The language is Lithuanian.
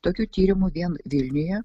tokių tyrimų vien vilniuje